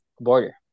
border